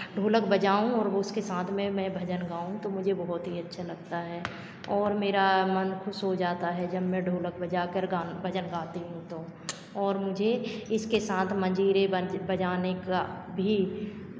ढोलक बजाऊँ और वो उसके साथ में मैं भजन गाऊँ तो मुझे बहुत ही अच्छा लगता है और मेरा मन खुश हो जाता है जब मैं ढोलक बजाकर गान भजन गाती हूँ तो और मुझे इसके साथ मंजीरे ब बजाने का भी